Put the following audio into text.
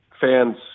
fans